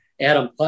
Adam